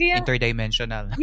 interdimensional